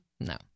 No